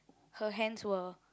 her hands were